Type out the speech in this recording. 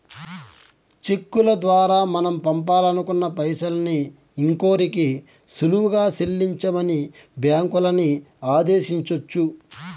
చెక్కుల దోరా మనం పంపాలనుకున్న పైసల్ని ఇంకోరికి సులువుగా సెల్లించమని బ్యాంకులని ఆదేశించొచ్చు